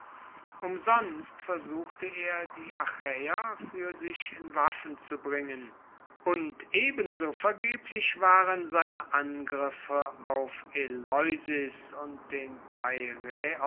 umsonst versuchte er die achaeer fuer sich in waffen zu bringen und ebenso vergeblich waren seine angriffe auf eleusis und den